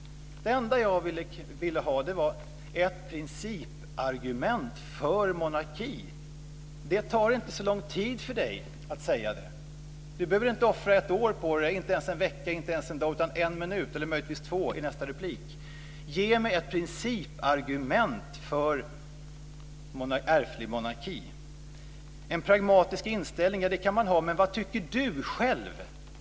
Det enda jag vill ha är ett principargument för monarki. Det tar inte så lång tid för Helena Bargholtz att säga det. Hon behöver inte offra ett år på det, inte ens en vecka, inte ens en dag, utan en minut eller möjligen två i nästa replik. Ge mig ett principargument för ärftlig monarki! En pragmatisk inställning kan man ha, men vad tycker Helena Bargholtz själv?